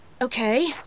Okay